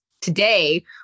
Today